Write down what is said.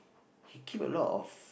he keep a lot of